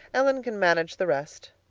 ellen can manage the rest.